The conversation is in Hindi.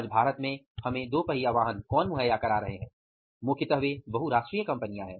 आज भारत में हमें दो पहिया वाहन कौन मुहैया करा रहे हैं मुख्यतः वे बहुराष्ट्रीय कंपनियां हैं